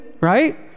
right